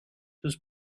sus